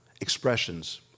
expressions